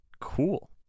Cool